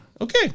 okay